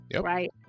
right